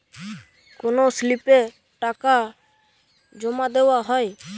কোন স্লিপে টাকা জমাদেওয়া হয়?